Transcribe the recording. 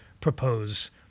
propose